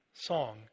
song